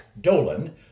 Dolan